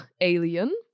alien